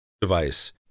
device